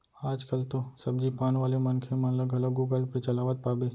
आज कल तो सब्जी पान वाले मनखे मन ल घलौ गुगल पे चलावत पाबे